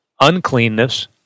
uncleanness